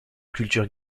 culture